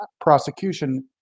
prosecution